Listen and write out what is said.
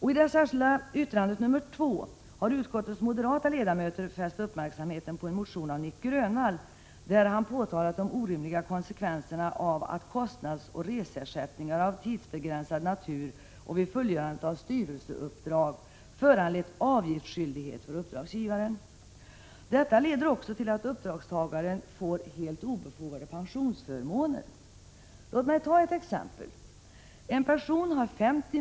I det särskilda yttrandet nr 2 har utskottets moderata ledamöter fäst uppmärksamheten på en motion av Nic Grönvall, där han har påtalat de orimliga konsekvenserna av att kostnadsoch reseersättningar av tidsbegrän sad natur och vid fullgörande av styrelseuppdrag har föranlett avgiftsskyldig — Prot. 1986/87:46 het för uppdragsgivaren. Detta leder också till att uppdragstagaren får helt 10 december 1986 obefogade pensionsförmåner. — Låt mig ta ett exempel: En person har SO mil.